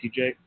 TJ